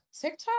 tiktok